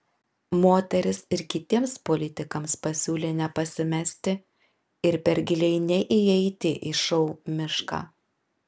moteris ir kitiems politikams pasiūlė nepasimesti ir per giliai neįeiti į šou mišką